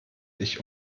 ich